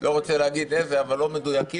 אני לא רוצה להגיד איזה, אבל לא מדויקים.